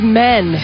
men